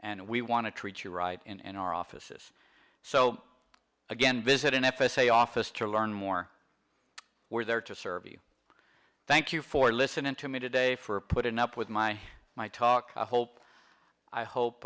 and we want to treat you right in our offices so again visit an f s a office to learn more we're there to serve you thank you for listening to me today for putting up with my my talk i hope i